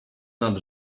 nad